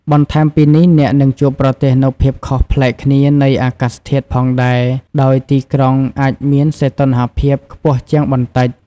បន្ថែមពីនេះ អ្នកនឹងជួបប្រទះនូវភាពខុសប្លែកគ្នានៃអាកាសធាតុផងដែរដោយទីក្រុងអាចមានសីតុណ្ហភាពខ្ពស់ជាងបន្តិច។